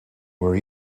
where